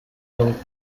own